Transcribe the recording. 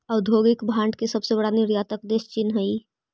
औद्योगिक भांड के सबसे बड़ा निर्यातक देश चीन हई